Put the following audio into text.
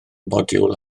modiwl